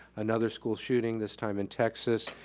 another school shooting, this time in texas,